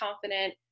confident